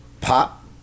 pop